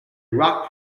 rock